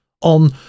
on